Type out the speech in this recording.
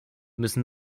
müssen